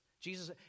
Jesus